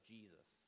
Jesus